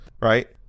right